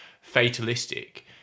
fatalistic